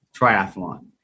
triathlon